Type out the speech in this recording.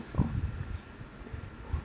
also